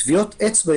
טביעות אצבע,